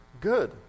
good